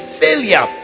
failure